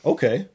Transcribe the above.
Okay